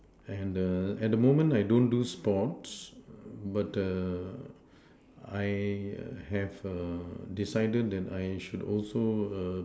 and the at the moment I don't do sports but I have decided that I should also